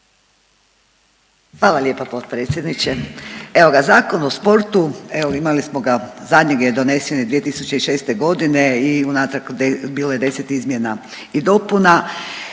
Hvala lijepa potpredsjedniče. Evo ga, Zakon o sportu evo imali smo ga zadnji je donesen 2006. godine i unatrag bilo je 10 izmjena i dopuna